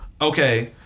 Okay